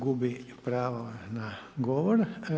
Gubi pravo na govor.